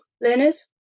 learners